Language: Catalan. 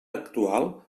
actual